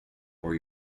for